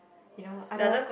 you know other